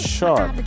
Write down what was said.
Sharp